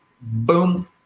boom